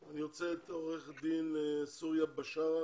תעלו בבקשה את עורכת הדין סוריא בשארה